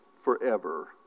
forever